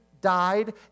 died